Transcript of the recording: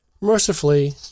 Mercifully